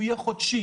הוא יהיה חודשי.